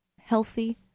healthy